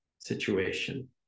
situation